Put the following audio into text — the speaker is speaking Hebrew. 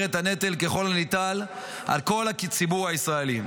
את הנטל ככל הניתן על כל הציבור הישראלי,